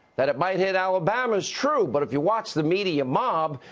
that it might hit alabama, it's true. but if you watch the media mob,